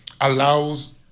allows